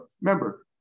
Remember